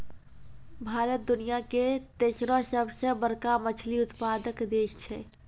भारत दुनिया के तेसरो सभ से बड़का मछली उत्पादक देश छै